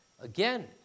Again